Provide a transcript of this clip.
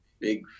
big